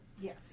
Yes